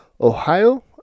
Ohio